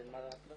אין מה לעשות.